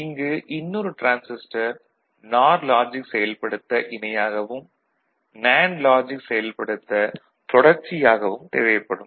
இங்கு இன்னொரு transistor NOR logic செயல்படுத்த இணையாகவும் நேண்டு லாஜிக் செயல்படுத்த தொடர்ச்சியாகவும் தேவைப்படும்